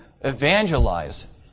evangelize